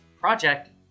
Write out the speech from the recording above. project